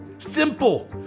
Simple